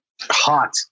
hot